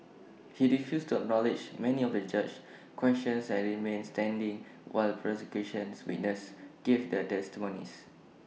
he refused to acknowledge many of the judge's questions and remained standing while prosecution witnesses gave their testimonies